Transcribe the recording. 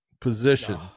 position